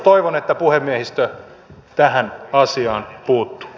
toivon että puhemiehistö tähän asiaan puuttuu